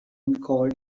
called